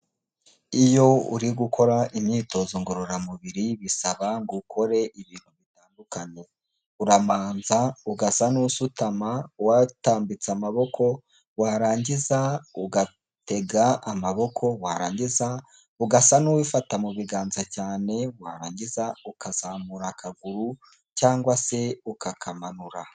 Iyo uri gukora imyitozo ngororamubiri bisaba ngo ukore ibintu bitandukanye uramanza ugasa n'usutama watambitse amaboko warangiza ugatega amaboko warangiza ugasa n'uwifata mu biganza cyane warangiza ukazamura akaguru cyangwa se ukakamanura.